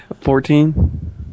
Fourteen